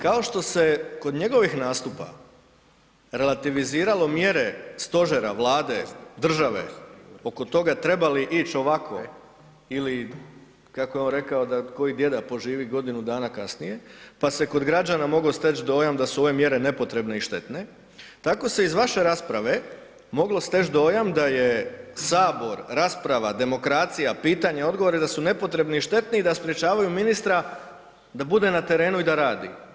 Kao što se kod njegovih nastupa relativiziralo mjere stožera, Vlade, države oko toga treba li ić ovako ili kako je on rekao da koji djeda poživi godinu dana kasnije, pa se kod građana mogao steć dojam da su ove mjere nepotrebne i štetne, tako se iz vaše rasprave moglo steć dojam da je Sabor, rasprava, demokracija, pitanje i odgovori da su nepotrebni i štetni i da sprečavaju ministra da bude na terenu i da radi.